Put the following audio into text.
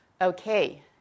Okay